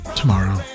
tomorrow